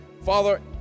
Father